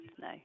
no